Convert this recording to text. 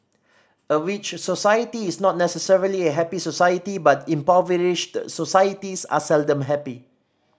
a rich society is not necessarily a happy society but impoverished societies are seldom happy